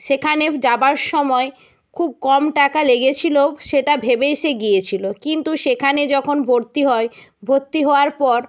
সেখানে যাবার সময় খুব কম টাকা লেগেছিলো সেটা ভেবেই সে গিয়েছিলো কিন্তু সেখানে যখন ভর্তি হয় ভর্তি হওয়ার পর